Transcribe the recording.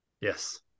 Yes